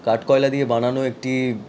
কাঠ কয়লা দিয়ে বানানো একটি